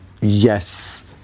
yes